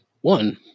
One